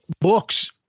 books